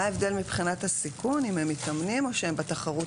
מה ההבדל מבחינת הסיכון אם הם מתאמנים או שהם בתחרות